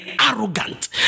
arrogant